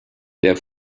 der